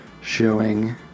showing